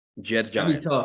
Jets-Giants